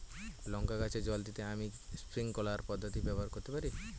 লঙ্কা গাছে জল দিতে আমি স্প্রিংকলার পদ্ধতি ব্যবহার করতে পারি?